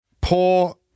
poor